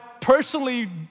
personally